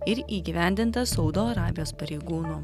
ir įgyvendintas saudo arabijos pareigūnų